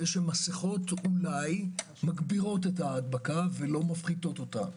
שמסכות אולי מגבירות את ההדבקה ולא מפחיתות אותה.